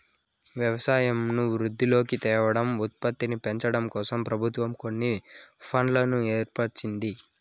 వ్యవసాయంను వృద్ధిలోకి తేవడం, ఉత్పత్తిని పెంచడంకోసం ప్రభుత్వం కొన్ని ఫండ్లను ఏర్పరిచింది